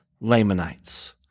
Lamanites